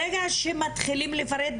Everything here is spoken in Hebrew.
ברגע שמתחילים לפרט,